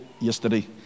yesterday